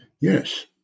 Yes